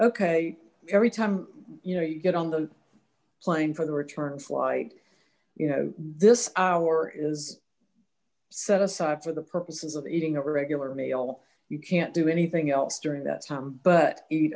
ok every time you know you get on the plane for the return flight you know this hour is set aside for the purposes of eating a regular meal you can't do anything else during that time but eat